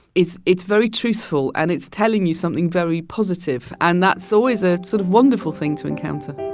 it's it's very truthful, and it's telling you something very positive. and that's always a sort of wonderful thing to encounter